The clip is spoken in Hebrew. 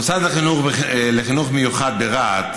המוסד לחינוך מיוחד ברהט